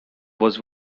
was